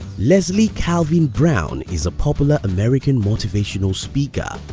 leslie calvin brown is a popular american motivational speaker,